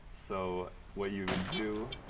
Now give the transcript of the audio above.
so, what you would do,